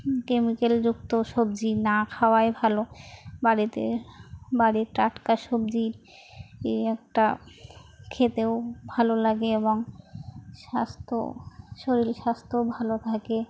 কেমিকেলযুক্ত সবজি না খাওয়াই ভালো বাড়িতে বাড়ির টাটকা সবজি একটা খেতেও ভালো লাগে এবং স্বাস্থ্য শরীর স্বাস্থ্যও ভালো থাকে